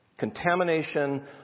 Contamination